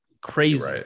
crazy